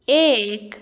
एक